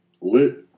lit